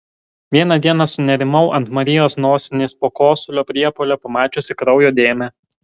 vieną dieną sunerimau ant marijos nosinės po kosulio priepuolio pamačiusi kraujo dėmę